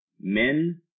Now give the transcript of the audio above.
Men